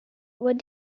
what